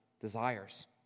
desires